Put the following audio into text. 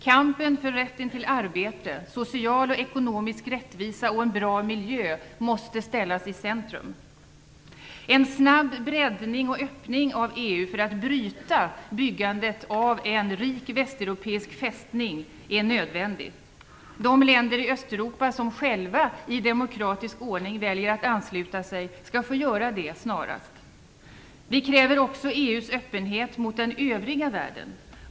Kampen för rätten till arbete, social och ekonomisk rättvisa och en bra miljö måste ställas i centrum. Det är nödvändigt med en snabb breddning och öppning av EU för att bryta byggandet av en rik västeuropeisk fästning. De länder i Östeuropa som själva i demokratisk ordning väljer att ansluta sig skall få göra det snarast. Vi kräver också EU:s öppenhet mot den övriga världen.